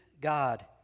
God